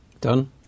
Done